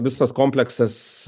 visas kompleksas